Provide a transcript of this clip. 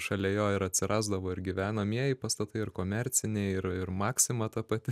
šalia jo ir atsirasdavo ir gyvenamieji pastatai ir komerciniai ir ir maxima ta pati